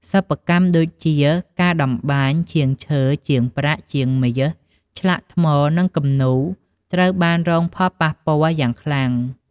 សិប្បកម្មដូចជា ការតម្បាញ ជាងឈើ ជាងប្រាក់ ជាងមាស ឆ្លាក់ថ្ម និងគំនូរ ត្រូវបានរងផលប៉ះពាល់យ៉ាងខ្លាំង។